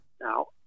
now